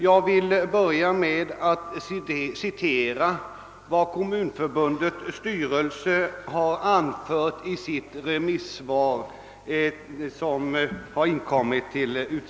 Jag vill börja med att citera vad Svenska kommunförbundets styrelse anfört i sitt remisssvar.